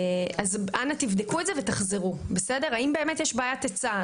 אנא תבדקו את זה ותחזרו - האם יש באמת בעיית היצע?